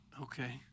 Okay